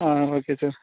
ah okay sir